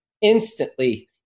instantly